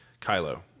Kylo